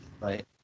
Right